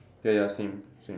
ya ya same same